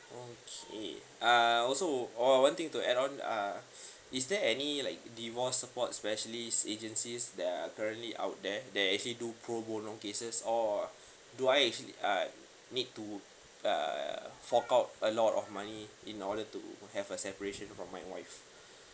okay uh I also would or I wanting to add on uh is there any like divorce support specialist agencies that are currently out there they actually do pro bono cases or do I actually uh need to uh fork out a lot of money in order to have a separation from my wife